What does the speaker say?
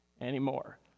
anymore